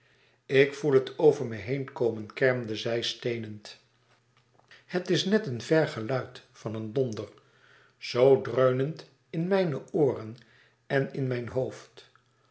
ik voel het over me heen komen kermde zij steenend het is net een ver geluid van een donder zoo dreunend in mijne ooren en in mijn hoofd